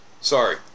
Sorry